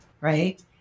right